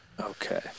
Okay